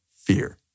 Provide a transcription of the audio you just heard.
fear